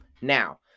Now